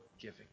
giving